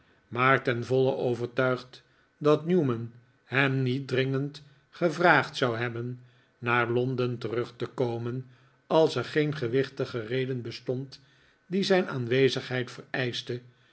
maar ten voile overtuigd dat newman hem niet dringend gevraagd zou hebben naar londen terug te komen als er geen gewichtige reden bestond die zijn aanwezigheid vereischte